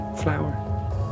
flower